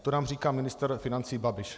To nám říká ministr financí Babiš.